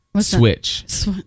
Switch